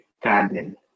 garden